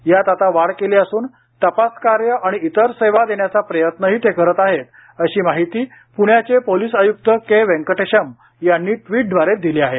यात आता वाढ केली असून तपासकार्य आणि इतर सेवा देण्याचा प्रयत्नही ते करत आहेत अशी माहिती प्ण्याचे पोलीस आय्क्त के वेंकटेशम यांनी टिवट द्वारे दिली आहे